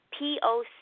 POC